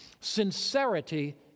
Sincerity